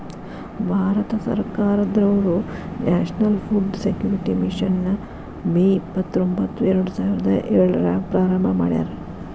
ಭಾರತ ಸರ್ಕಾರದವ್ರು national food security mission ನ May ಇಪ್ಪತ್ರೊಂಬತ್ತು ಎರಡುಸಾವಿರದ ಏಳ್ರಾಗ ಪ್ರಾರಂಭ ಮಾಡ್ಯಾರ